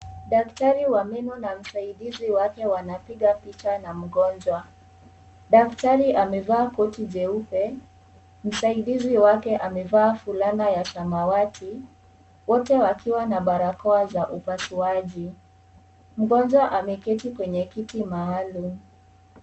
Daktari wa menona msaidizi wake wanapiga picha na mgonjwa. Daktari amevaa koti jeupe. Msaidizi wake ameva fulana ya samawati. Wote wakiwa na barakoa za upasuaji. Mgonjwa ameketi kwenye kiti maalum.